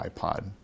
iPod